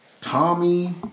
Tommy